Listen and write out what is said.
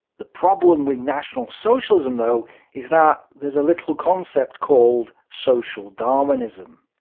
the problem with national socialism though is that there's a little concept called social darwinism.